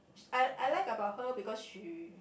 I I like about her because she